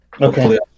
Okay